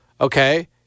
okay